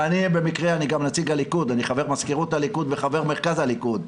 ואני במקרה חבר מזכירות הליכוד וחבר מרכז הליכוד,